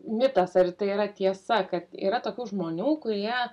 mitas ar tai yra tiesa kad yra tokių žmonių kurie